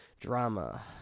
Drama